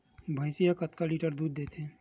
भंइसी हा कतका लीटर दूध देथे?